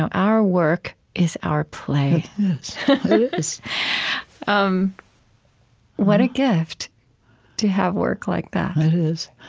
our work is our play. is um what a gift to have work like that it is.